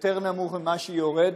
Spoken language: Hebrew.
יותר נמוך ממה שהיא יורדת.